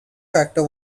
factor